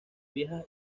viejas